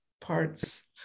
parts